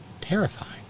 terrifying